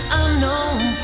unknown